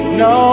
no